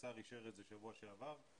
השר אישר את זה בשבוע שעבר,